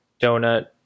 donut